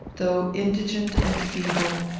though indigent and feeble,